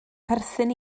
perthyn